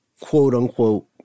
quote-unquote